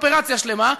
אופרציה שלמה.